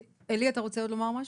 עלי, אתה רוצה עוד לומר משהו?